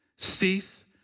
Cease